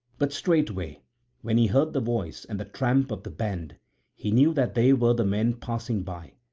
but straightway when he heard the voice and the tramp of the band he knew that they were the men passing by,